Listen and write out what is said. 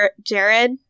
Jared